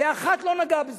ואחת לא נגעה בזה.